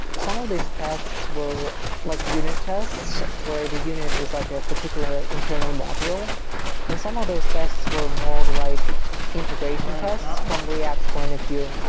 some of these tests were like unit tests, where the unit is like a particular internal module and some of those tests were more like integration tests from react's point of view.